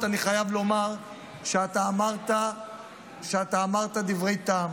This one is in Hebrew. אני אומר שוב, ההצעה של הפקידים,